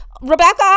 rebecca